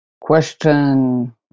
question